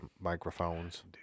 microphones